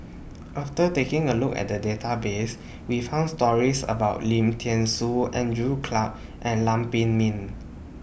after taking A Look At The Database We found stories about Lim Thean Soo Andrew Clarke and Lam Pin Min